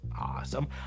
Awesome